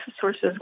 sources